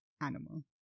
animal